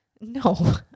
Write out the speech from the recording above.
no